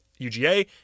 UGA